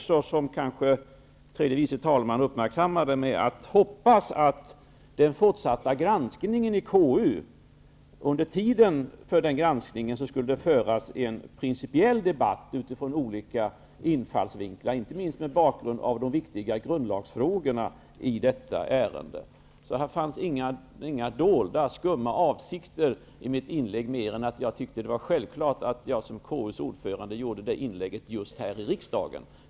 Som kanske tredje vice talman uppmärksammade avslutade jag med att säga att jag hoppas att det under tiden granskningen fortskrider kommer att föras en principiell debatt ur olika infallsvinklar, inte minst mot bakgrund av de viktiga grundlagsfrågor som berörs när det gäller detta ärende. Det fanns alltså inga dolda, skumma avsikter med mitt inlägg mer än att jag tyckte att det var självklart att jag som ordförande i KU gjorde detta inlägg just här i kammaren.